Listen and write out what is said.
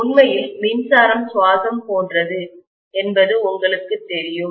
உண்மையில் மின்சாரம் சுவாசம் போன்றது என்பது உங்களுக்குத் தெரியும்